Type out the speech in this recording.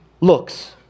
looks